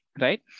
right